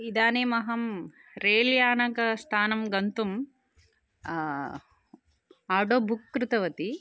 इदानीम् अहं रेल्यानस्थानं गन्तुं आडो बुक् कृतवती